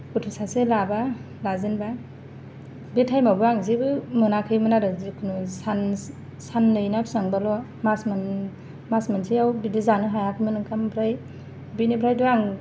गथ' सासे लाबा लाजेनबा बे टाइम आवबो आं जेबो मोनाखैमोन आरो जिखुनु सान साननानै बेसेबांबाल' मास मोन मास मोनसेयाव बिदि जानो हायाखैमोन ओंखाम ओमफ्राय बिनिफ्रायथ' आं